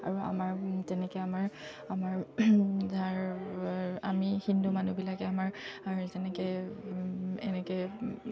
আৰু আমাৰ তেনেকৈ আমাৰ আমাৰ যাৰ আমি হিন্দু মানুহবিলাকে আমাৰ যেনেকৈ এনেকৈ